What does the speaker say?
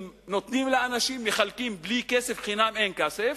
שנותנים לאנשים, מחלקים בלי כסף, חינם אין כסף,